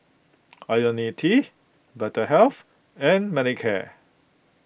Ionil T Vitahealth and Manicare